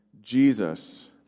Jesus